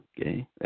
okay